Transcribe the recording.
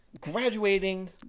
graduating